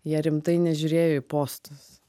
jie rimtai nežiūrėjo į postus